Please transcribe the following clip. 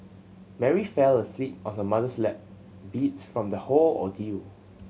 Mary fell asleep on her mother's lap beats from the whole ordeal